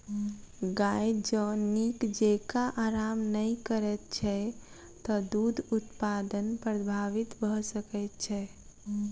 गाय जँ नीक जेँका आराम नै करैत छै त दूध उत्पादन प्रभावित भ सकैत छै